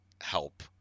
help